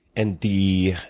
and the